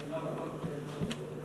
עיני העם נשואות אליך.